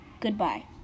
Goodbye